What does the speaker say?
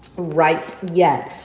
write yet.